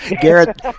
Garrett